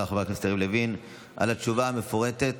חבר הכנסת יריב לוין על התשובה המפורטת.